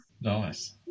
Nice